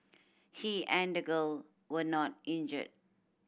he and the girl were not injured